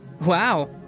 Wow